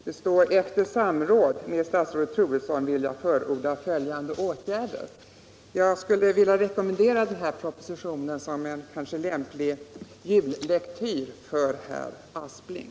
Det står: ”Efter samråd med statsrådet Troedsson vill jag ——-— anföra följande.” Jag skulle vilja rekommendera den här propositionen som lämplig jullektyr för herr Aspling.